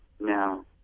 Now